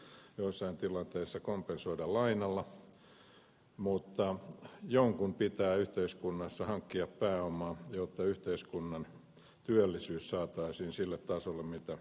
se voidaan tietysti joissain tilanteissa kompensoida lainalla mutta jonkun pitää yhteiskunnassa hankkia pääomaa jotta yhteiskunnan työllisyys saataisiin sille tasolle mitä yleisesti ottaen toivotaan